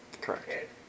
correct